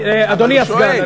אדוני הסגן,